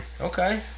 Okay